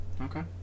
Okay